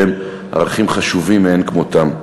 שהם ערכים חשובים מאין כמותם.